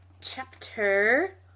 chapter